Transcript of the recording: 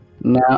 now